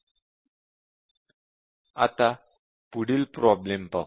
आता पुढील प्रॉब्लेम पाहू